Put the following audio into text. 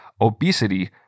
obesity